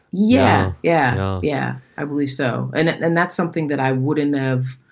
yeah yeah. yeah, i believe so. and then that's something that i wouldn't have.